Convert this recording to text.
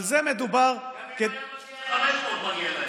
על זה מדובר, גם אם היה מגיע להם 500, מגיע להם.